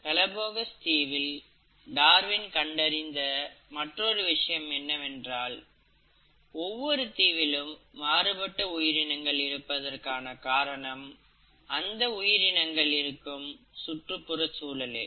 Galapagos தீவில் Darwin கண்டறிந்த மற்றொரு விஷயம் என்னவென்றால் ஒவ்வொரு தீவிலும் மாறுபட்ட உயிரினங்கள் இருப்பதற்கான காரணம் அந்த உயிரினங்கள் இருக்கும் சுற்றுச்சூழலே